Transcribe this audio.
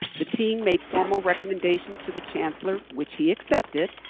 the team made formal recommendations to the chancellor, which he accepted.